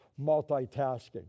multitasking